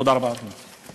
תודה רבה, אדוני.